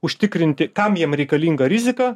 užtikrinti kam jiem reikalinga rizika